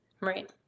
Right